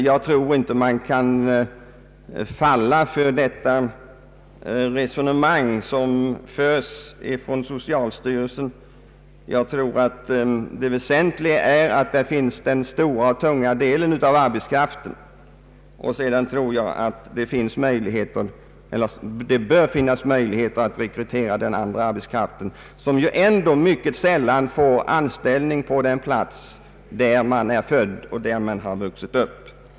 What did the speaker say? Jag tror inte att vi kan falla för det resonemang som här förs av socialstyrelsen. Det väsentliga är att på platsen finns den stora och tunga delen av arbetskraften. Jag anser att det bör finnas möjligheter att rekrytera den andra arbetskraften som ju ändock mycket sällan kan räkna med att få anställning på den arbetsplats där man är född och där man har vuxit upp.